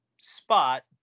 spot